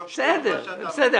תקשיב, אני אתן לך את הנתונים.